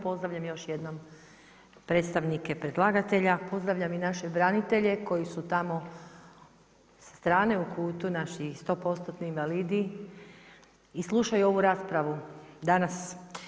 Pozdravljam još jednom predstavnike predlagatelja, pozdravljam i naše branitelje koji su tamo sa strane u kutu naših 100%-ni invalidi i slušaju ovu raspravu danas.